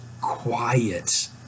quiet